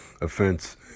offense